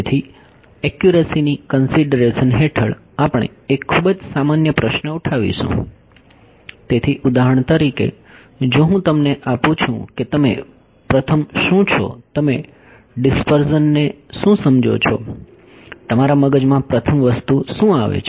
તેથી એક્યુરસીની કંસિડરેશન હેઠળ આપણે એક ખૂબ જ સામાન્ય પ્રશ્ન ઉઠાવીશું તેથી ઉદાહરણ તરીકે જો હું તમને આ પૂછું કે તમે પ્રથમ શું છો તમે ડિસ્પરઝન ને શું સમજો છો તમારા મગજમાં પ્રથમ વસ્તુ શું આવે છે